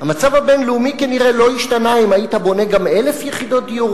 המצב הבין-לאומי כנראה לא ישתנה אם היית בונה גם 1,000 יחידות דיור